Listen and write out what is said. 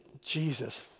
Jesus